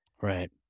Right